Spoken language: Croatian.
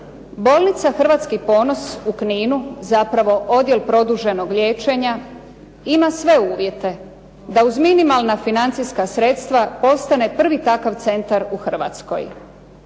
Bolnica "Hrvatski ponos" u Kninu zapravo Odjel produženog liječenja ima sve uvjete da uz minimalna financijska sredstva postane prvi takav centar u Hrvatskoj.